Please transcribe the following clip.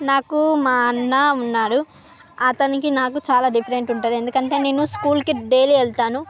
నాకు మా అన్న ఉన్నాడు అతనికి నాకు చాలా డిఫరెంట్ ఉంటుంది ఎందుకంటే నేను స్కూల్కి డైలీ వెళ్తాను